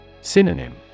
Synonym